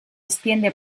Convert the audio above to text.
extiende